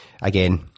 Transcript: again